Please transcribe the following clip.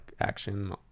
action